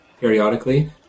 periodically